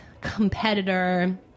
Competitor